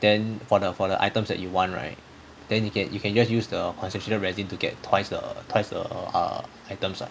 then for the for the items that you want right then you can you can just use the concentrated resin right to get twice the twice the uh items ah